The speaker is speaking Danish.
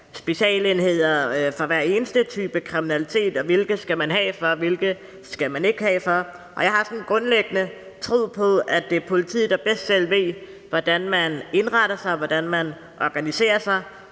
specialenheder for hver eneste type kriminalitet? Hvilke skal man have, og hvilke skal man ikke have? Jeg har sådan en grundlæggende tro på, at det er politiet, der bedst selv ved, hvordan man indretter sig, hvordan man organiserer sig,